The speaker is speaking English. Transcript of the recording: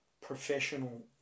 professional